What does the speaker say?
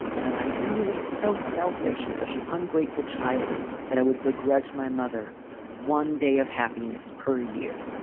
and am i really so selfish and such an ungrateful child that i would begrudge my mother one day of happiness per year?